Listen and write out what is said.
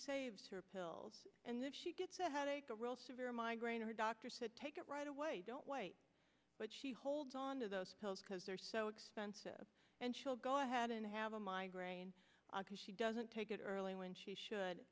saves her pills and that she gets a headache a real severe migraine her doctor should take it right away don't wait but she holds on to those pills because they're so expensive and she'll go ahead and have a migraine she doesn't take it early when she should